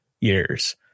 years